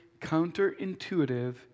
counterintuitive